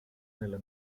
nella